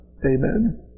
Amen